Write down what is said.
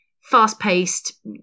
fast-paced